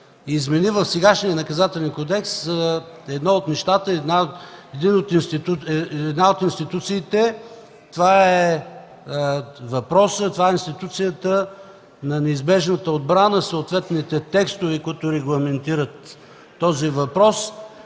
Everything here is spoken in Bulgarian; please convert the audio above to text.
измени в сегашния Наказателен кодекс едно от нещата, една от институциите. Това е институцията на неизбежната отбрана и съответните текстове, които регламентират този въпрос.